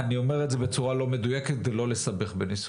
אני אומר את זה בצורה לא מדויקת כדי לא לסבך בניסוחים,